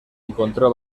encontró